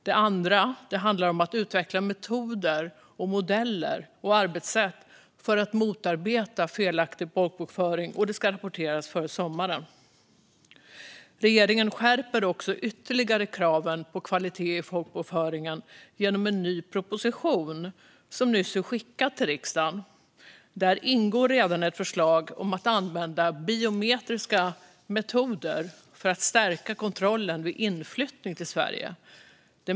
Det andra handlar om att utveckla metoder och arbetssätt för att motarbeta felaktig folkbokföring och ska rapporteras före sommaren. Regeringen skärper också ytterligare kraven på kvalitet i folkbokföringen genom en proposition som nyss lämnats till riksdagen. Däri ingår ett förslag om att använda biometriska metoder för att stärka kontrollen vid inflyttning till Sverige.